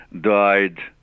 died